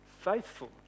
Faithful